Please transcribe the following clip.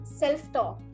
self-talk